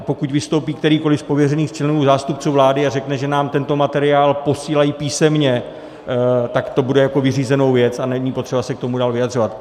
Pokud vystoupí kterýkoliv z pověřených členů zástupců vlády a řekne, že nám tento materiál posílají písemně, tak to beru jako vyřízenou věc a není potřeba se k tomu dál vyjadřovat.